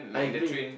I agree